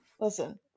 listen